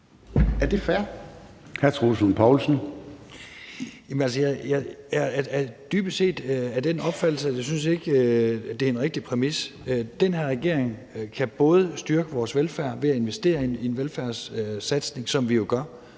Poulsen (V): Jeg er dybest set af den opfattelse, at jeg ikke synes, det er en rigtig præmis. Den her regering kan både styrke vores velfærd ved at investere i et velfærdssamfund, som vi jo gør